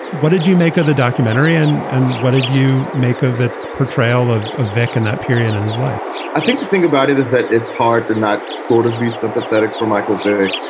what did you make of the documentary? and and what did you make of its portrayal of of vick in that period in his life? i think the thing about it is that it's hard to not sort of be sympathetic for michael vick.